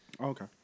okay